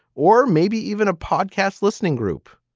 or maybe even a podcast listening group